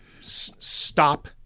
stop